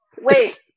Wait